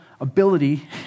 ability